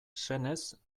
senez